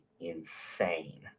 insane